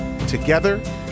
Together